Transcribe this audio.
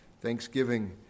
thanksgiving